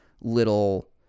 little